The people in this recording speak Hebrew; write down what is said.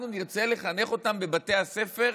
אנחנו נרצה לחנך אותם בבתי הספר,